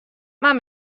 mar